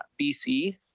bc